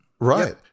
Right